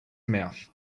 mouth